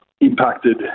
impacted